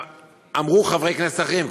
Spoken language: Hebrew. אמרו חברי כנסת אחרים,